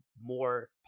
more